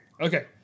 Okay